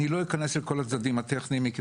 בלי להיכנס לצדדים הטכניים.